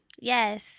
Yes